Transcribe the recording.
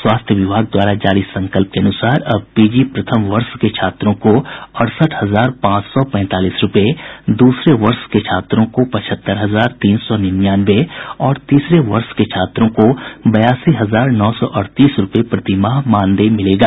स्वास्थ्य विभाग द्वारा जारी संकल्प के अनुसार अब पीजी प्रथम वर्ष के छात्रों को अड़सठ हजार पांच सौ पैंतालीस रूपये दूसरे वर्ष के छात्रों को पहचहत्तर हजार तीन सौ निन्यानवें और तीसरे वर्ष के छात्रों को बयासी हजार नौ सौ अड़तीस रूपये प्रति माह मानदेय मिलेगा